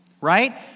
Right